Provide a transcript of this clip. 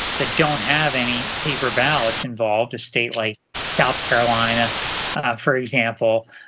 that don't have any paper ballots involved a state like south carolina for example,